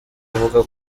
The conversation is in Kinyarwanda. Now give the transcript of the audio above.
uvuga